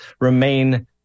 remain